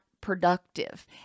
productive